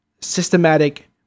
systematic